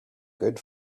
good